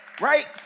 Right